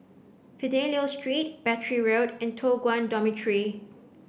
Fidelio Street Battery Road and Toh Guan Dormitory